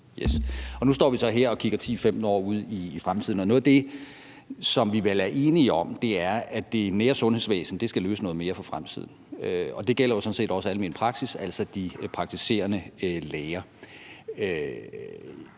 nu står vi så her og kigger 10-15 år ud i fremtiden, og noget af det, som vi vel er enige om, er, at det nære sundhedsvæsen skal løse noget mere for fremtiden, og det gælder jo sådan set også almen praksis, altså de praktiserende læger.